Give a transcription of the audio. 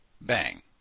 bang